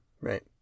right